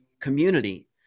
community